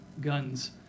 guns